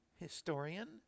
historian